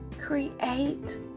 create